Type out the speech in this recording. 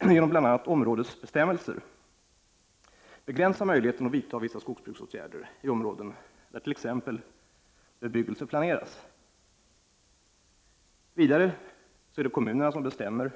genom bl.a. områdesbestämmelser begränsa möjligheten att vidta vissa skogsbruksåtgärder i områden där t.ex. bebyggelse planeras. Vidare är det kommunerna som bestämmer